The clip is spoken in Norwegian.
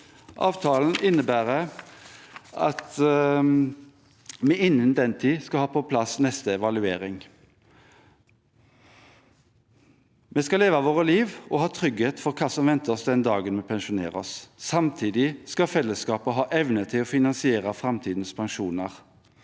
Avtalen innebærer at vi innen den tid skal ha på plass neste evaluering. Vi skal leve vårt liv og ha trygghet for hva som venter oss den dagen vi pensjonerer oss. Samtidig skal fellesskapet ha evne til å finansiere framtidens pensjoner.